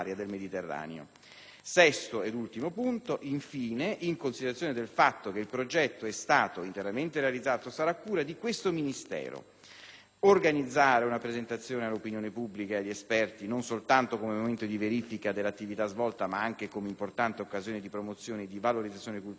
del Mediterraneo; 6) infine, in considerazione del fatto che il progetto è stato interamente realizzato, sarà cura di questo Ministero organizzare una presentazione all'opinione pubblica e agli esperti, non soltanto come momento di verifica dell'attività svolta ma anche come importante occasione di promozione e di valorizzazione culturale e scientifica